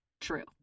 True